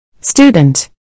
Student